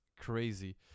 crazy